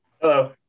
Hello